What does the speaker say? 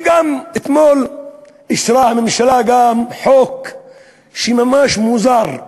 גם אתמול אישרה הממשלה חוק ממש מוזר,